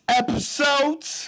episodes